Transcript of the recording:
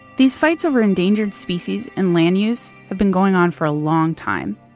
these fights over endangered species and land use have been going on for a long time.